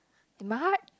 in my heart